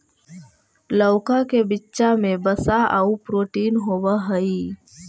लउका के बीचा में वसा आउ प्रोटीन होब हई